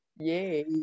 Yay